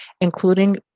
including